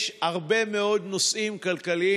יש הרבה מאוד נושאים כלכליים,